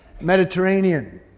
Mediterranean